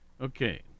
Okay